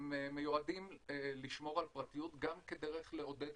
הם מיועדים לשמור על הפרטיות גם כדרך לעודד